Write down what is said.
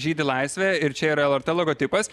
žydi laisvė ir čia yra lrt logotipas